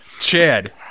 Chad